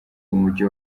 umujyi